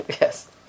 Yes